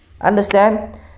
Understand